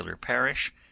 ...parish